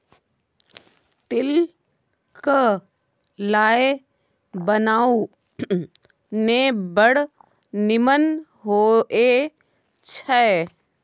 तिल क लाय बनाउ ने बड़ निमन होए छै